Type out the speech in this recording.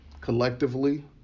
collectively